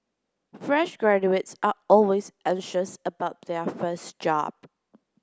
fresh graduates are always anxious about their first job